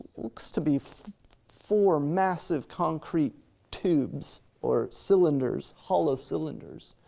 looks to be four massive concrete tubes or cylinders, hollow cylinders,